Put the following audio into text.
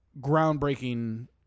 groundbreaking